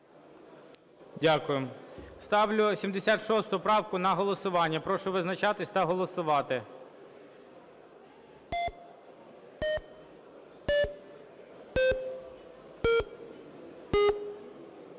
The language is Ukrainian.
Дякую. Ставлю 76 правку на голосування. Прошу визначатись та голосувати.